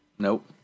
Nope